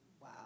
Wow